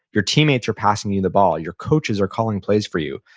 your teammates are passing you the ball, your coaches are calling plays for you.